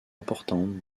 importante